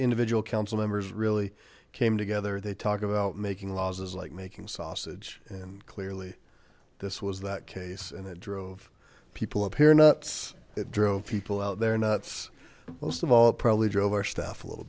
individual council members really came together they talk about making laws is like making sausage and clearly this was that case and it drove people appear nuts it drove people out there nuts most of all it probably drove our stuff a little